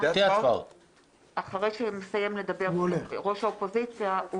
אחרי שמסיים לדבר ראש האופוזיציה,